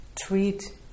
treat